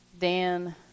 Dan